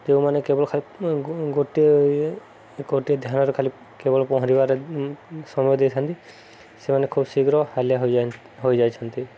ଯେଉଁମାନେ କେବଳ ଖାଲି ଗୋଟିଏ ଗୋଟିଏ ଧ୍ୟାନରେ ଖାଲି କେବଳ ପହଁରିବାରେ ସମୟ ଦେଇଥାନ୍ତି ସେମାନେ ଖୁବ ଶୀଘ୍ର ହାଲିଆ ହୋଇଯାଇଛନ୍ତି